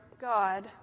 God